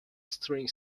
string